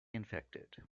infected